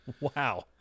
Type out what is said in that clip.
Wow